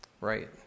right